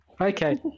okay